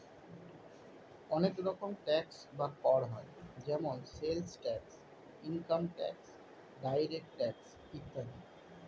অনেক রকম ট্যাক্স বা কর হয় যেমন sales tax, income tax, direct tax ইত্যাদি